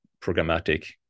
programmatic